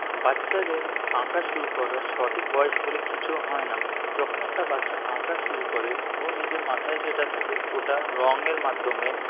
বাচ্চাদের আঁকা শুরু করার সঠিক বয়স বলে কিছু হয় না যখন একটা বাচ্চা আঁকা শুরু করে ও নিজের মাথায় যেটা থাকে ওটা রঙের মাধ্যমে